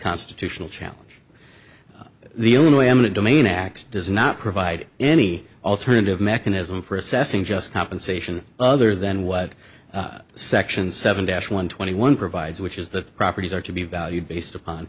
constitutional challenge the only eminent domain x does not provide any alternative mechanism for assessing just compensation other than what section seven dash one twenty one provides which is that properties are to be valued based upon